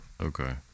Okay